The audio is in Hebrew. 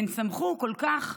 הן שמחו כל כך,